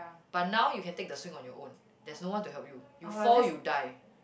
but now you can take the swing on your own there's no one to help you you fall you die